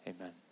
Amen